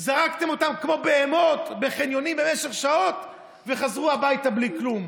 זרקתם אותם כמו בהמות בחניונים במשך שעות וחזרו הביתה בלי כלום.